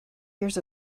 years